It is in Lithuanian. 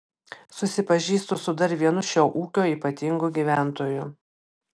susipažįstu su dar vienu šio ūkio ypatingu gyventoju